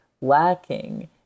lacking